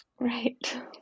Right